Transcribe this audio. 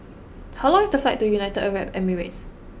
how long is the flight to United Arab Emirates